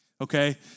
Okay